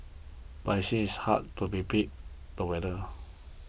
but it seems it's hard to be beat the weather